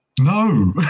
No